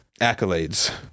accolades